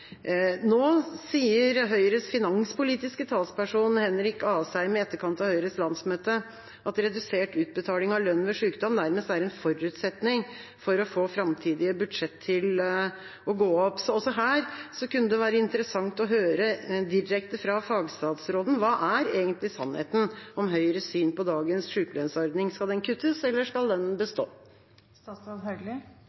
Nå, i etterkant av Høyres landsmøte, sier Høyres finanspolitiske talsperson, Henrik Asheim, at redusert utbetaling av lønn ved sykdom nærmest er en forutsetning for å få framtidige budsjetter til å gå opp. Også på dette spørsmålet kunne det være interessant å høre direkte fra fagstatsråden: Hva er egentlig sannheten om Høyres syn på dagens sykelønnsordning? Skal den kuttes, eller skal den